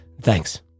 Thanks